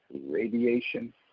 radiation